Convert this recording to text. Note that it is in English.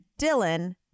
Dylan